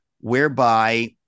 whereby